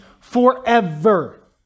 forever